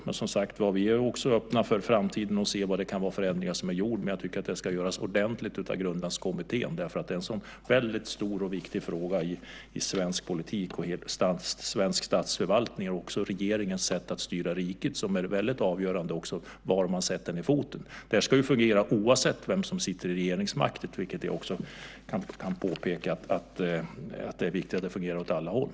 Men, som sagt var, vi är också öppna för att i framtiden se vilka ändringar som har gjorts. Men jag tycker att det ska göras ordentligt av Grundlagskommittén eftersom det är en så väldigt stor och viktig fråga i svensk politik och i svensk statsförvaltning. När det gäller regeringens sätt att styra riket är det väldigt avgörande var man sätter ned foten. Detta ska ju fungera oavsett vem som har regeringsmakten. Och det är viktigt att det fungerar åt alla håll.